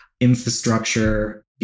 infrastructure